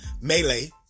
melee